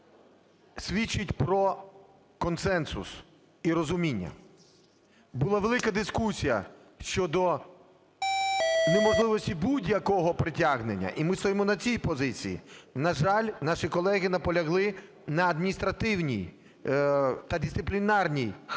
свідчить про консенсус і розуміння. Була велика дискусія щодо неможливості будь-якого притягнення. І ми стоїмо на цій позиції. На жаль, наші колеги наполягли на адміністративній та дисциплінарній формі